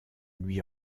lui